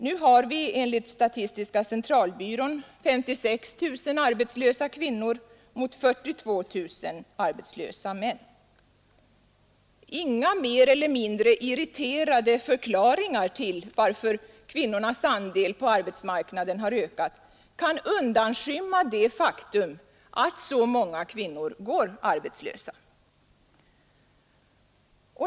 Nu har vi enligt statistiska centralbyrån 56 000 arbetslösa kvinnor mot 42 000 arbetslösa män. Inga mer eller mindre irriterade förklaringar till varför kvinnornas andel på arbetsmarknaden har ökat kan undanskymma det faktum att så många kvinnor går arbetslösa.